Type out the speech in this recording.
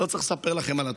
לא צריך לספר לכם על התופעה,